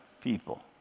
people